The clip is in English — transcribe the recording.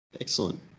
Excellent